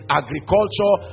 agriculture